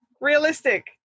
realistic